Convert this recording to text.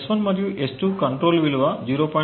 S1 మరియు S2 control విలువ 0